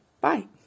Bye